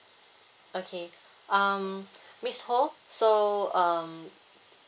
okay um miss ho so um